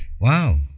Wow